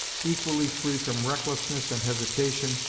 equally free from recklessness and hesitation,